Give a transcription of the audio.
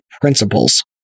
principles